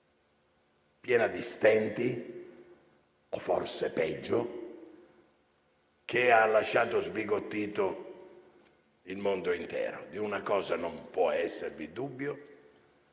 piena di stenti - o, forse, peggio - che ha lasciato sbigottito il mondo intero. Di una cosa non può esservi dubbio: